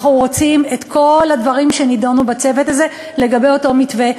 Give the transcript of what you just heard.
אנחנו רוצים את כל הדברים שנדונו בצוות הזה לגבי אותו מתווה,